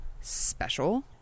special